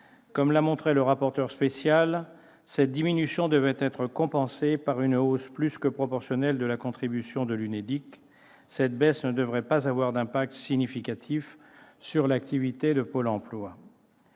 comme l'a montré le rapporteur spécial, cette diminution devrait être compensée par une hausse plus que proportionnelle de la contribution de l'UNEDIC. Cette baisse ne devrait donc pas avoir d'impact significatif sur l'activité de Pôle emploi.